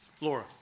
Laura